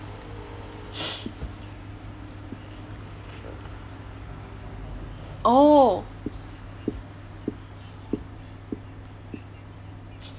oh